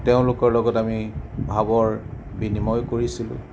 তেওঁলোকৰ লগত আমি ভাৱৰ বিনিময় কৰিছিলোঁ